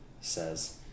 says